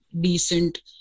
decent